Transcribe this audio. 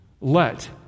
let